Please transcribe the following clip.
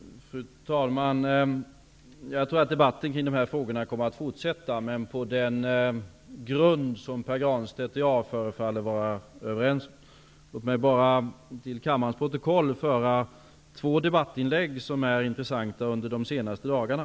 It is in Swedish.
Fru talman! Jag tror att debatten kring dessa frågor kommer att fortsätta, men på den grund som Pär Granstedt och jag förefaller att vara överens om. Låt mig bara till kammarens protokoll föra två intressanta debattinlägg som har förekommit under de senaste dagarna.